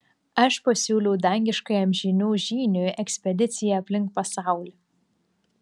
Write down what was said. aš pasiūliau dangiškajam žynių žyniui ekspediciją aplink pasaulį